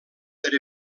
per